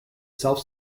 self